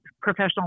professional